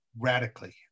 radically